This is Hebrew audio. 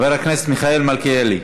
חבר הכנסת מיכאל מלכיאלי,